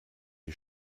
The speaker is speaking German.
die